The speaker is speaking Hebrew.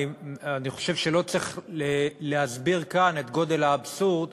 אני חושב שלא צריך להסביר כאן את גודל האבסורד.